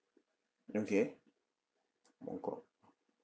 okay buangkok